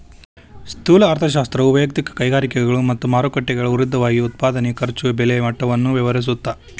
ಸ್ಥೂಲ ಅರ್ಥಶಾಸ್ತ್ರವು ವಯಕ್ತಿಕ ಕೈಗಾರಿಕೆಗಳು ಮತ್ತ ಮಾರುಕಟ್ಟೆಗಳ ವಿರುದ್ಧವಾಗಿ ಉತ್ಪಾದನೆ ಖರ್ಚು ಬೆಲೆ ಮಟ್ಟವನ್ನ ವ್ಯವಹರಿಸುತ್ತ